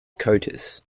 coatis